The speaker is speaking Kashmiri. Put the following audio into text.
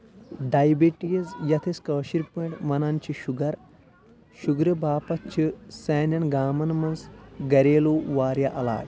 ڈایبٹیٖز یَتھ أسۍ کٲشِر پٲٹھۍ ونان چھِ شُگر شُگرٕ باپتھ چھِ سانؠن گامَن منٛز گریلوٗ واریاہ عٮ۪لاج